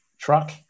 truck